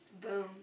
Boom